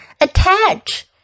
Attach